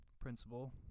principal